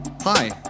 Hi